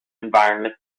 environment